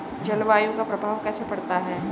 जलवायु का प्रभाव कैसे पड़ता है?